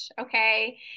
okay